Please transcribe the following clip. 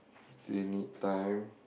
still need time